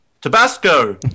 Tabasco